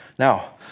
Now